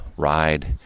ride